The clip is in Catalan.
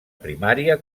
primària